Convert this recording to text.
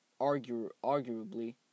arguably